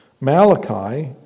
Malachi